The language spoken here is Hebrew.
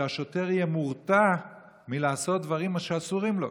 שהשוטר יהיה מורתע מלעשות דברים שאסורים לו,